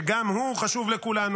שגם הוא חשוב לכולנו.